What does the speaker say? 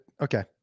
okay